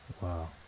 Wow